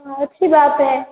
हाँ अच्छी बात है